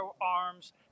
arms